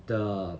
the